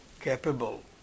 capable